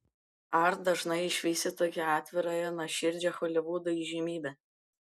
ar dažnai išvysi tokią atvirą ir nuoširdžią holivudo įžymybę